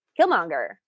Killmonger